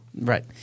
Right